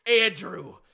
Andrew